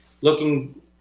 looking